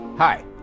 Hi